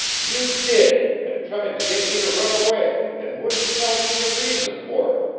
you did and tried to get me to run away, and wouldn't tell me your reason for it.